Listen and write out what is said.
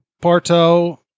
Porto